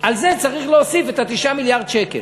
על זה צריך להוסיף את 9 מיליארד השקל.